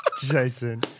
Jason